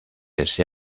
ese